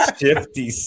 shifty